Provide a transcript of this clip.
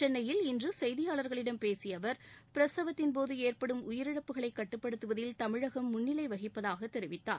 சென்னையில் இன்று செய்தியாளர்களிடம் பேசிய அவர் பிரசவத்தின்போது ஏற்படும் உயிரிழப்புகளை கட்டுப்படுத்துவதில் தமிழகம் முன்னிலை வகிப்பதாகத் தெரிவித்தார்